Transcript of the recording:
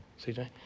CJ